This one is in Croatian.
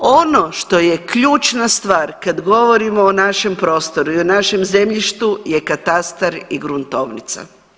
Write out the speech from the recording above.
Ono što je ključna stvar kad govorimo o našem prostoru i o našem zemljištu je katastar i gruntovnica.